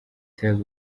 ter